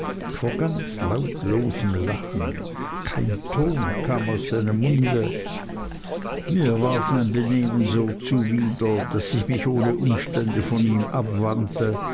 vor ganz lautlosem lachen kein ton kam aus seinem munde mir war sein benehmen so zuwider daß ich mich ohne umstände von ihm abwandte